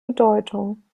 bedeutung